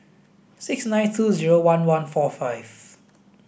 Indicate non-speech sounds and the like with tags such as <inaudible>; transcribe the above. six nine <unintelligible> zero one one four five